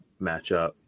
matchup